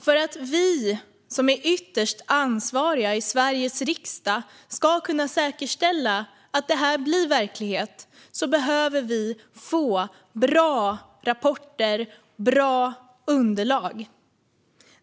För att vi i Sveriges riksdag, som är ytterst ansvariga, ska kunna säkerställa att det här blir verklighet behöver vi bra rapporter och bra underlag.